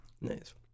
Nice